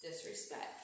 disrespect